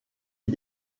est